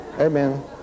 Amen